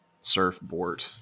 surfboard